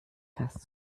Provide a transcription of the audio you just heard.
fast